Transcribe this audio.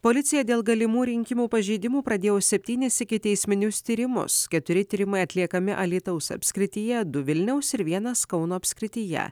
policija dėl galimų rinkimų pažeidimų pradėjo septynis ikiteisminius tyrimus keturi tyrimai atliekami alytaus apskrityje du vilniaus ir vienas kauno apskrityje